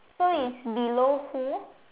so it's below who